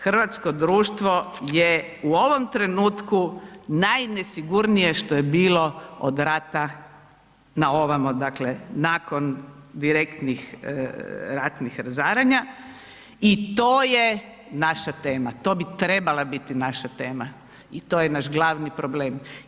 Hrvatsko društvo je u ovom trenutku najnesigurnije što je bilo od rata naovamo, dakle nakon direktnih ratnih razaranja i to je naša tema, to bi trebala biti naša tema i to je naš glavni problem.